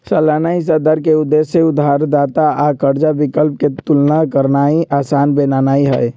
सालाना हिस्सा दर के उद्देश्य उधारदाता आ कर्जा विकल्प के तुलना करनाइ असान बनेनाइ हइ